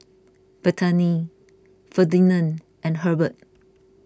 Bethany Ferdinand and Hurbert